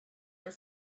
are